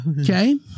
Okay